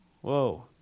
Whoa